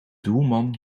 doelman